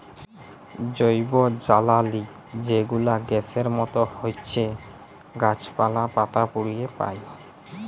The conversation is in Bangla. জৈবজ্বালালি যে গুলা গ্যাসের মত হছ্যে গাছপালা, পাতা পুড়িয়ে পায়